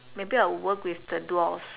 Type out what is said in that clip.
maybe I'll work with the dwarves